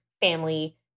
family